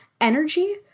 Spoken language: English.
energy